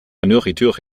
nourriture